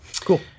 Cool